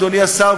אדוני השר,